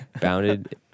Bounded